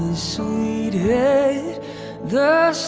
sweet head the